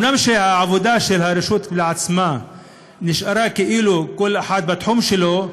אומנם העבודה של הרשות כשלעצמה נשארה כאילו כל אחד בתחום שלו,